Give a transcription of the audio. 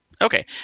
Okay